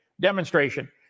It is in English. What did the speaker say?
demonstration